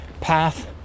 path